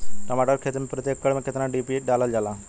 टमाटर के खेती मे प्रतेक एकड़ में केतना डी.ए.पी डालल जाला?